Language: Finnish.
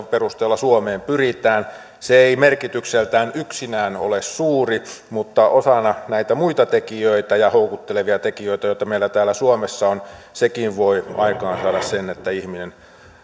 perusteella suomeen pyritään se ei merkitykseltään yksinään ole suuri mutta osana näitä muita tekijöitä ja houkuttelevia tekijöitä joita meillä täällä suomessa on sekin voi aikaansaada sen että